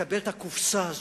לקבל את הקופסה הזאת,